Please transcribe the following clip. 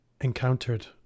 encountered